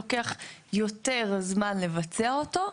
לוקח יותר זמן לבצע אותו,